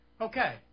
Okay